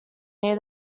near